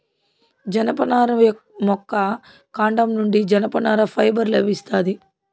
జనపనార మొక్క కాండం నుండి జనపనార ఫైబర్ లభిస్తాది